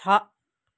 छ